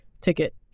ticket